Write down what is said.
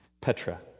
Petra